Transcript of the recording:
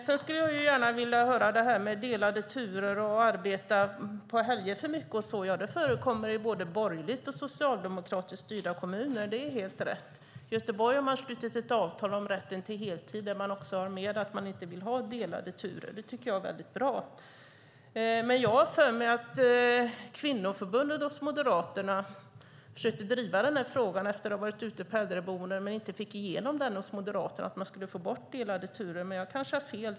Jag vill gärna höra om delade turer och att människor får arbeta för mycket på helger. Det förekommer i både borgerligt och socialdemokratiskt styrda kommuner. Det är helt rätt. I Göteborg har man slutit ett avtal om rätten till heltid där man också har med att man inte vill ha delade turer. Det tycker jag är väldigt bra. Jag har för mig att kvinnoförbundet hos Moderaterna försökte driva den frågan efter att ha varit ute på äldreboenden men inte fick igenom hos Moderaterna att man skulle få bort delade turer, men jag kanske har fel.